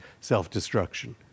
self-destruction